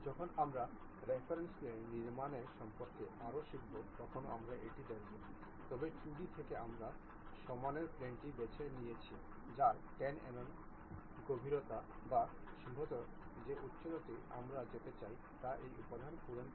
যখন আমরা reference plane নির্মাণের সম্পর্কে আরও শিখব তখন আমরা এটি দেখবো তবে 2D থেকে আমরা সামনের প্লেনটি বেছে নিয়েছি যার 10 mm গভীরতা বা সম্ভবত যে উচ্চতাটি আমরা যেতে চাই তা এই উপাদান পূরণ করে